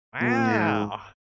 Wow